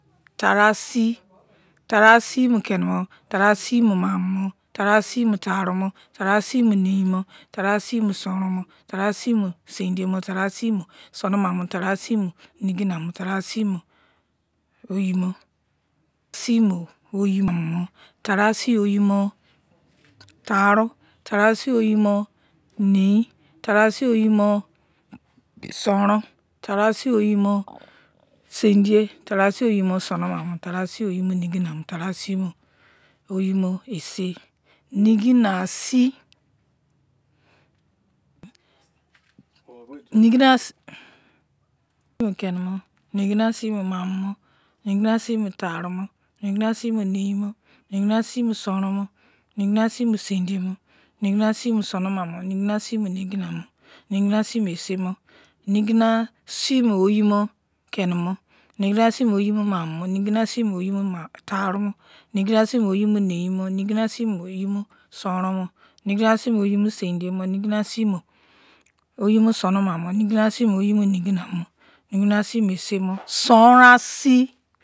Tara si tara si mon kene mon tara si mon mamomon tara si mon tarumon tara si mon neinmo tara si mon sun ron mon tara si mon soridiomon tara si mon suno mamon tar si mon nigine mon tara asi ogumon tara si oyi mon tarou tara si oyi mon nei tara si ogi mon sunrou tara si ogi mon sunrou tara si oyi mon sunrou mon tara si oyi mon nigina mon tara si mon ogi mon ise nigina si nigina si mon mamomon nigina si mon tarumon nigina si mon neinmo nigina si mon sonronmon nigina si mon sondiomon nigina si mon sonoma mon nigina si mon nigina si mon nigina si mon ise mon nigina si mon ogi mon kene mon nigina si mon ogi mamono nigina si mon ogi mon tarumon nigina si mon ogi mon sunrou mon nigina si mon ogi mon sunrou nigina si mon ogi mon sunrou mamon nigina si mon ogi mon nigina si mon ogi mon kene mon nigina si mon ogi mon tarumon nigina si mon ogi mon neinmo nigina si mon ogi mon sunrou mon nigina si mon sonon mamon nigina si mon ogi mon nigina mon nigina si mon ise mon sunrou si